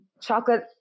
chocolate